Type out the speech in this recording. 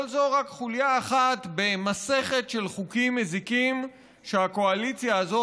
אבל זו רק חוליה אחת במסכת של חוקים מזיקים שהקואליציה הזו,